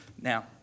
Now